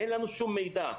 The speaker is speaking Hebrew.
אין לנו שום מידע.